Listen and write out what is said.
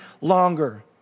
longer